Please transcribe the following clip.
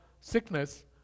sickness